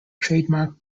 trademark